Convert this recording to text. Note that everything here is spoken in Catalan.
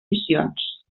missions